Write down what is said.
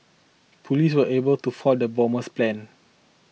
police were able to foil the bomber's plan